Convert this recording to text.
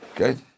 Okay